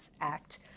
Act